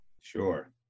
Sure